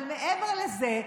אבל מעבר לזה,